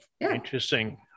Interesting